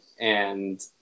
And-